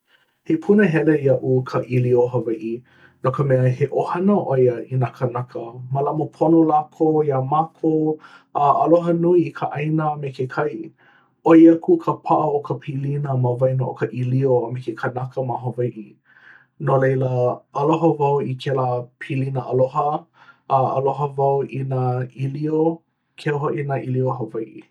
He punahele loa iaʻu ka ʻīlio Hawaiʻi. No ka mea, he ʻohana ʻo ia i nā kānaka, mālama pono lākou iā mākou, a aloha nui i ka ʻāina a me ke kai. ʻOi aku ka paʻa o ka pilina ma waena o ka ʻīlio a me ke kanaka ma Hawaiʻi, no laila aloha wau i kēlā pilina aloha. A aloha wau i nā ʻīlio, keu hoʻi i nā ʻīlio Hawaiʻi.